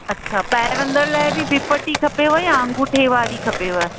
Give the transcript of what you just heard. अच्छा ॿाहिरि अंदरि लाइ बि ॿीं पटी खपेव या अंगूठे वारी खपेव